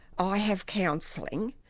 i have counselling,